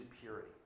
purity